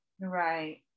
Right